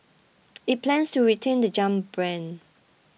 it plans to retain the Jump brand